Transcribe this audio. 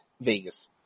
Vegas